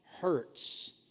hurts